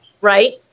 Right